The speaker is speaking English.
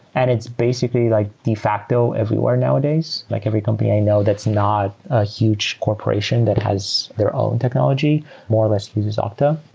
and it's basically like de facto everywhere nowadays. like every company i know that's not a huge corporation that has their own technology more or less uses octa.